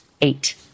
eight